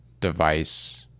device